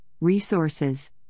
resources